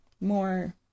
more